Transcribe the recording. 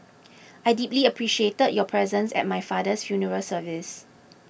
I deeply appreciated your presence at my father's funeral service